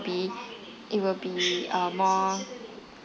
be it will be err more